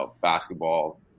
basketball